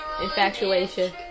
Infatuation